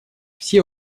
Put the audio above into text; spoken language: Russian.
все